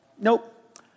Nope